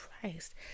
Christ